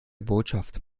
botschaft